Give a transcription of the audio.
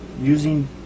using